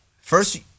First